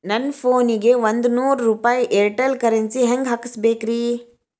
ನನ್ನ ಫೋನಿಗೆ ಒಂದ್ ನೂರು ರೂಪಾಯಿ ಏರ್ಟೆಲ್ ಕರೆನ್ಸಿ ಹೆಂಗ್ ಹಾಕಿಸ್ಬೇಕ್ರಿ?